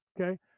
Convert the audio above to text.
Okay